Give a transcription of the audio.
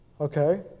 Okay